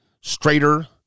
straighter